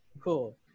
Cool